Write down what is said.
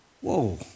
whoa